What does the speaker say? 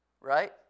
Right